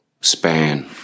span